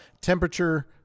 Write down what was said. temperature